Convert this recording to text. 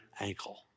ankle